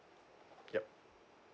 yup